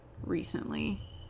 recently